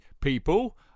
people